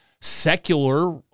secular